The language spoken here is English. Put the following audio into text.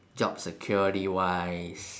job security wise